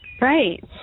Right